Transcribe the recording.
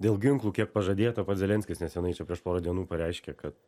dėl ginklų kiek pažadėta pats zelenskis neseniai čia prieš porą dienų pareiškė kad